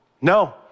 no